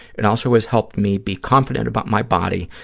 it also has helped me be confident about my body